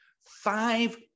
Five